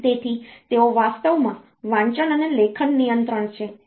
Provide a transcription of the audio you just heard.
તેથી તેઓ વાસ્તવમાં વાંચન અને લેખન નિયંત્રણ છે